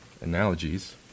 analogies